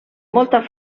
molta